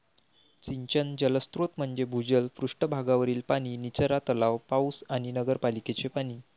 सिंचन जलस्रोत म्हणजे भूजल, पृष्ठ भागावरील पाणी, निचरा तलाव, पाऊस आणि नगरपालिकेचे पाणी